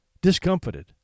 discomfited